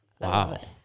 Wow